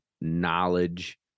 knowledge